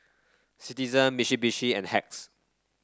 Citizen Mitsubishi and Hacks